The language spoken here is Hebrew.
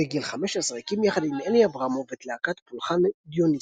בגיל 15 הקים יחד עם אלי אברמוב את להקת "פולחן דיוניסוס".